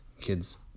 kids